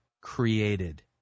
created